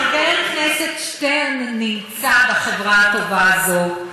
גם חבר הכנסת שטרן נמצא בחברה הטובה הזאת,